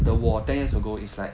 the 我 ten years ago is like